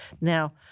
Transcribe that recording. Now